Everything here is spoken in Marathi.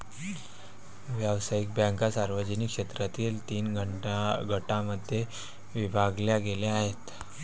व्यावसायिक बँका सार्वजनिक क्षेत्रातील तीन गटांमध्ये विभागल्या गेल्या आहेत